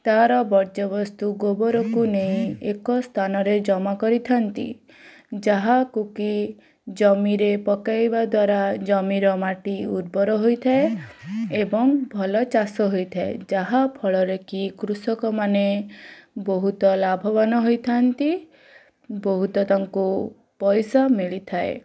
ତା'ର ବର୍ଜ୍ୟବସ୍ତୁ ଗୋବରକୁ ନେଇ ଏକ ସ୍ଥାନରେ ଜମାକରିଥାନ୍ତି ଯାହାକୁ କି ଜମିରେ ପକାଇବାଦ୍ଵାରା ଜମିର ମାଟି ଉର୍ବର ହୋଇଥାଏ ଏବଂ ଭଲ ଚାଷ ହୋଇଥାଏ ଯାହାଫଳରେ କି କୃଷକମାନେ ବହୁତ ଲାଭବନ ହୋଇଥାନ୍ତି ବହୁତ ତାଙ୍କୁ ପଇସା ମିଳିଥାଏ